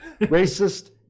racist